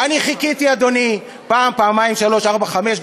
אני חיכיתי, אדוני, פעם, פעמיים, שלוש, ארבע, חמש.